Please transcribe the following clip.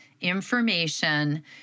information